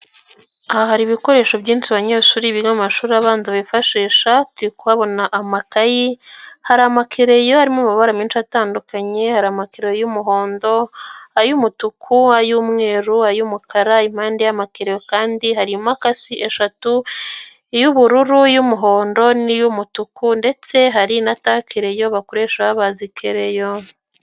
Aha hari ibikoresho byinshi abanyeshuri biga mu mashuri abanza bifashisha. Turi kuhabona amakayi, hari amakereyo, harimo amabara menshi atandukanye hari amakereyo y'umuhondo, ay'umutuku, ay'umweru, ay'umukara. Impande y'amakereyo kandi hari imakasi eshatu iy'ubururu iy'umuhondo n'iy'umutuku ndetse hari na takereyo bakoresha babaza ikereyo.